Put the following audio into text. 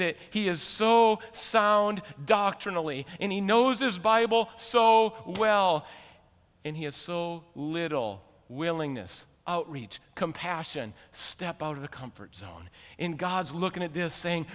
that he is so sound doctrinally and he knows this bible so well and he has so little willingness reach compassion step out of the comfort zone in god's looking at this saying